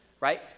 right